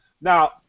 Now